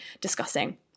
discussing